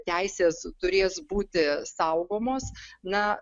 teisės turės būti saugomos na